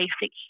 basic